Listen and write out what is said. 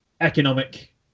economic